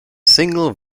single